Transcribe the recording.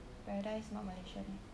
paradise not malaysia meh